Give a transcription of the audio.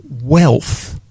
wealth